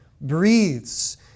breathes